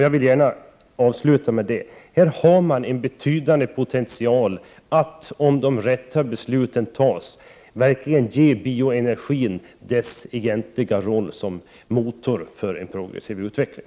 Jag vill avslutningsvis tillägga följande: Man har här en betydande utvecklingspotential som, om de rätta besluten tas, verkligen kan möjliggöra att bioenergin får sin rättmätiga roll som motor för en progressiv utveckling.